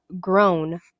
Grown